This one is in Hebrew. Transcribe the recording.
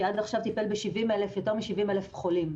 שעד עכשיו טיפל יותר מ-70,000 חולים.